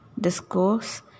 discourse